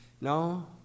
No